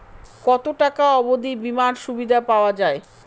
কত টাকা অবধি বিমার সুবিধা পাওয়া য়ায়?